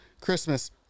Christmas